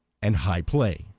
and high play.